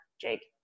Jake